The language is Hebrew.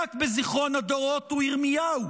שנחקק בזיכרון הדורות הוא ירמיהו,